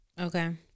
Okay